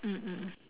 mm mm